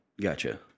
gotcha